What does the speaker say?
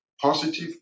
positive